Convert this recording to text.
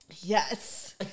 Yes